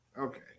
Okay